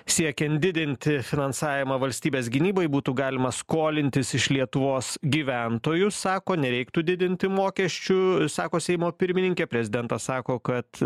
siekiant didinti finansavimą valstybės gynybai būtų galima skolintis iš lietuvos gyventojų sako nereiktų didinti mokesčių sako seimo pirmininkė prezidentas sako kad